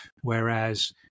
Whereas